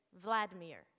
Vladimir